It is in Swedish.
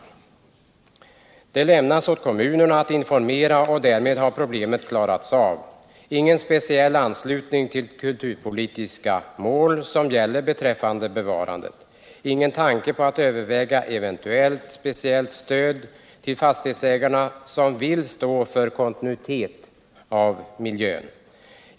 3 Det lämnas åt kommunerna att informera, och därmed har problemet klarats av. Det finns ingen speciell anslutning till kulturpolitiska mål som gäller beträffande bevarandet. Det finns ingen tanke på att överväga eventuellt speciellt stöd till fastighetsägare som vill stå för kontinuitet av miljön.